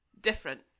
different